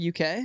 UK